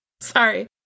sorry